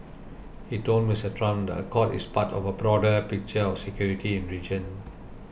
he told Mister Trump the accord is part of a broader picture of security in region